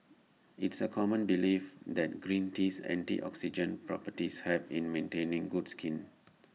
it's A common belief that green tea's antioxidant properties help in maintaining good skin